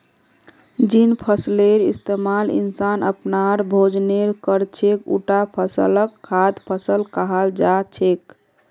जिन फसलेर इस्तमाल इंसान अपनार भोजनेर कर छेक उटा फसलक खाद्य फसल कहाल जा छेक